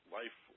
life